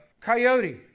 coyote